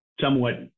somewhat